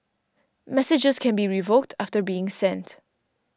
messages can be revoked after being sent